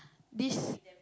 this